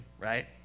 right